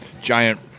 giant